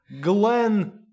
glenn